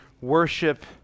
worship